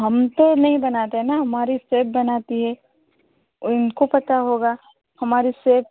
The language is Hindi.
हम तो नहीं बनाते ना हमारी सेप बनाते हैं उनको पता होगा हमारी सेप